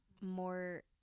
more